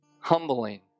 Humbling